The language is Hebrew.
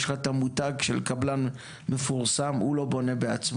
יש לך את המותג של קבלן מפורסם הוא לא בונה בעצמו,